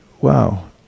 wow